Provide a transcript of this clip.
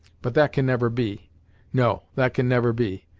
but that can never be no, that can never be.